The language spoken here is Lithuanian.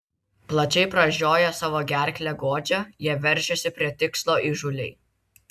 plačiai pražioję savo gerklę godžią jie veržiasi prie tikslo įžūliai